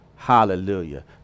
Hallelujah